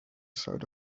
side